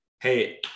hey